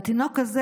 והתינוק הזה,